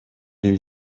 lui